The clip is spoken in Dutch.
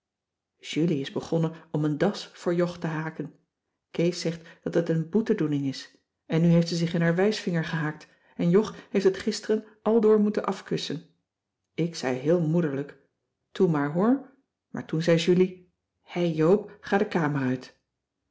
julie is begonnen om een das voor jog te haken kees zegt dat het een boetedoening is en nu heeft ze zich in haar wijsvinger gehaakt en jog heeft het gisteren aldoor moeten afkussen ik zei heel moederlijk toe maar hoor maar toen zei julie hè joop ga de kamer uit